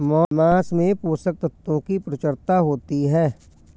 माँस में पोषक तत्त्वों की प्रचूरता होती है